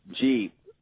jeep